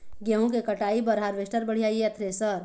गेहूं के कटाई बर हारवेस्टर बढ़िया ये या थ्रेसर?